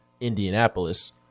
Indianapolis